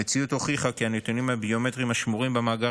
המציאות הוכיחה כי הנתונים הביומטריים השמורים במאגר